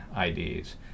IDs